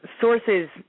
sources